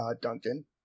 Duncan